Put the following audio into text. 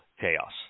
chaos